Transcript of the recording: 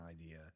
idea